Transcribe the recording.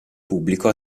pubblico